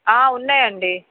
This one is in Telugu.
ఉన్నాయండి